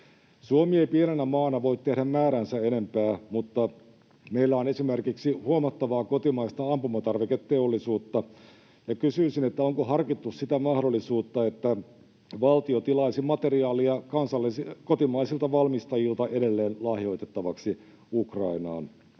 Suomi ei pienenä maana voi tehdä määräänsä enempää, mutta meillä on esimerkiksi huomattavaa kotimaista ampumatarviketeollisuutta, ja kysyisin: onko harkittu sitä mahdollisuutta, että valtio tilaisi materiaalia kotimaisilta valmistajilta edelleen lahjoitettavaksi Ukrainaan?